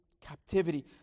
captivity